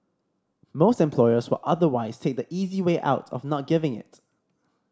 most employers will otherwise take the easy way out of not giving it